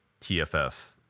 TFF